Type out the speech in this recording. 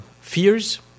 fears